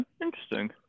interesting